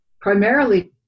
primarily